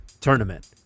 tournament